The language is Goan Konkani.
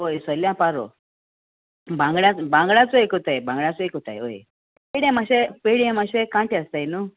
वोय सल्ल्या पारो बांगडाचो बांगडाचो कोत्ताय बांगडाचो कोत्ताय वोय पेड्या मातशें पेडे मातशें कांटे आसताय न्हू